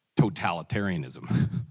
totalitarianism